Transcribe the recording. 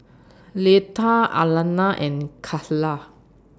Leatha Alannah and Kayla